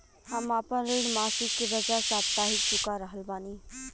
हम आपन ऋण मासिक के बजाय साप्ताहिक चुका रहल बानी